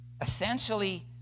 essentially